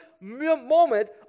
moment